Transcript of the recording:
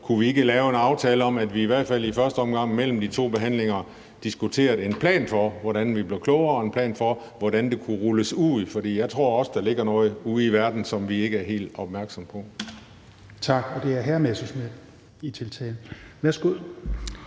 kunne lave en aftale om, at vi i hvert fald i første omgang mellem de to behandlinger diskuterer en plan for, hvordan vi bliver klogere, og en plan for, hvordan det kunne rulles ud. For jeg tror også, at der ligger noget ude i verden, som vi ikke er helt opmærksomme på. Kl. 10:30 Fjerde næstformand